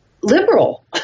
liberal